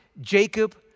Jacob